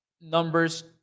numbers